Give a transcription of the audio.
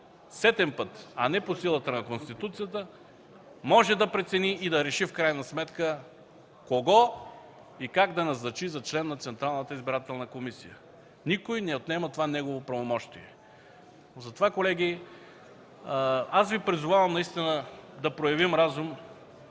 сетен път, а не по силата на Конституцията, може да прецени и да реши в крайна сметка кого и как да назначи за член на Централната избирателна комисия. Никой не отнема това негово правомощие. Затова, колеги, аз Ви призовавам наистина да проявим разум,